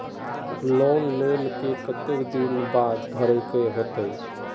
Loan लेल के केते दिन बाद भरे के होते?